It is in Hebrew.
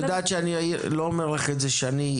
את יודעת שאני לא אומר לך את זה אישית,